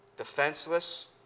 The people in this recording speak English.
defenseless